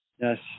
yes